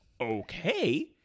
okay